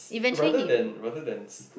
rather than rather than st~